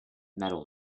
metal